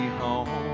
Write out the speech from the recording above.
home